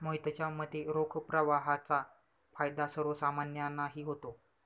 मोहितच्या मते, रोख प्रवाहाचा फायदा सर्वसामान्यांनाही होतो